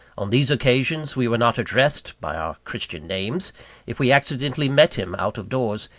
on these occasions, we were not addressed by our christian names if we accidentally met him out of doors,